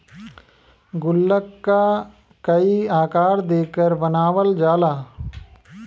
गुल्लक क कई आकार देकर बनावल जाला